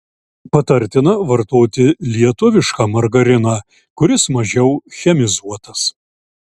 patartina vartoti lietuvišką margariną kuris mažiau chemizuotas